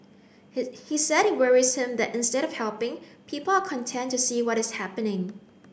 he he said it worries him that instead of helping people are content to see what is happening